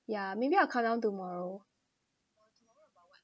ya maybe I'll come down tomorrow